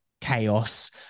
chaos